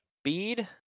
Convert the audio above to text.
Speed